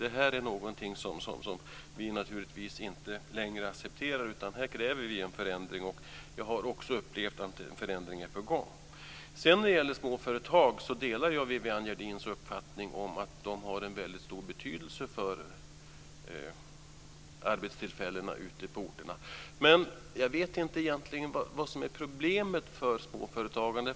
Det här är någonting som vi naturligtvis inte längre accepterar, utan här kräver vi en förändring, och jag har också upplevt att en förändring är på gång. Sedan när det gäller småföretag delar jag Viviann Gerdins uppfattning, att de har en väldigt stor betydelse för arbetstillfällena ute på orterna. Men jag vet egentligen inte vad som är problemet för småföretagarna.